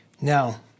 Now